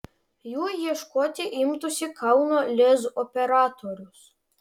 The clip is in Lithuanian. jų ieškoti imtųsi kauno lez operatorius